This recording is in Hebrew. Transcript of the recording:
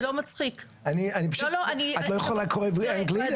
זה לא מצחיק -- מה את לא יכולה לקרוא אנגלית?